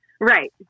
Right